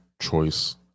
choice